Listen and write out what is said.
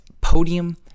Podium